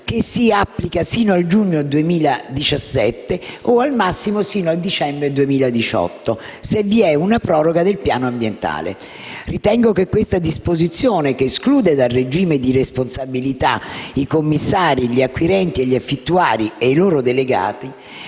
che si applica sino al giugno 2017 o, al massimo, fino al dicembre 2018, se vi è una proroga del piano ambientale. Ritengo che questa disposizione, che esclude dal regime di responsabilità i commissari, gli acquirenti e gli affittuari e i loro delegati,